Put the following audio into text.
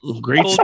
great